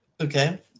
Okay